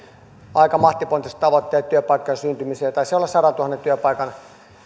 aika mahtipontiset tavoitteet työpaikkojen syntymiseen taisi olla sadantuhannen työpaikan